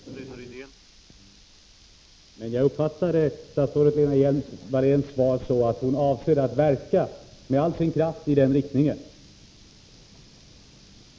Herr talman! Jag uppfattar statsrådet Lena Hjelm-Walléns svar så att hon avser att verka med all sin kraft i den riktningen.